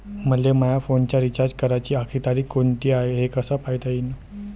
मले माया फोनचा रिचार्ज कराची आखरी तारीख कोनची हाय, हे कस पायता येईन?